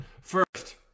First